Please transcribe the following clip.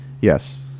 Yes